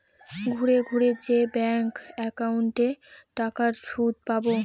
ঘুরে ঘুরে যে ব্যাঙ্ক একাউন্টে টাকার সুদ পাবো